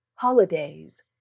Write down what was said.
Holidays